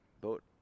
boat